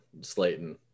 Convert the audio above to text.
Slayton